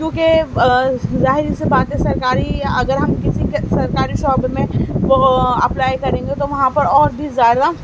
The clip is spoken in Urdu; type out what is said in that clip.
کیونکہ ظاہر سی بات ہے سرکاری اگر ہم کسی کے سرکاری شعبے میں وہ اپلائی کریں گے تو وہاں پر اور بھی زیادہ